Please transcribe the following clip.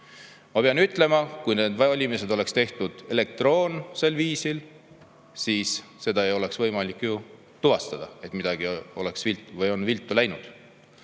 Ma pean ütlema, et kui need valimised oleks tehtud elektroonsel viisil, siis ei oleks olnud võimalik tuvastada, et midagi oli viltu läinud. Nii